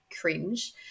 cringe